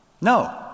No